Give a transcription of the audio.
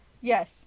Yes